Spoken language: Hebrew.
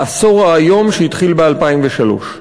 העשור האיום שהתחיל ב-2003.